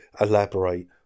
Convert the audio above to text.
elaborate